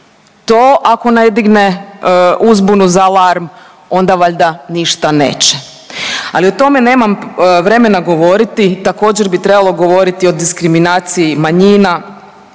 To ako ne digne uzbunu za alarm, onda valjda ništa neće. Ali o tome nemam vremena govoriti. Također bi trebalo govoriti o diskriminaciji manjina,